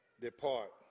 depart